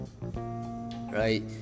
right